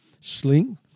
sling